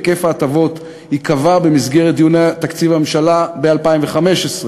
היקף ההטבות ייקבע במסגרת דיוני התקציב בממשלה ב-2015,